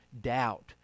doubt